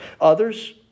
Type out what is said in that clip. Others